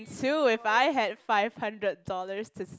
too if I had five hundred dollars to